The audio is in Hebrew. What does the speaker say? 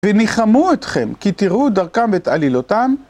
וניחמו אתכם, כי תראו דרכם את עלילותם.